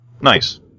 Nice